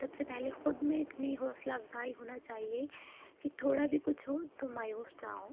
سب سے پہلے خود میں اتنی حوصلہ افزائی ہونا چاہیے کہ تھوڑا بھی کچھ ہو تو مایوس نہ ہوں